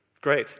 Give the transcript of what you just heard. Great